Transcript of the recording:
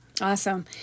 Awesome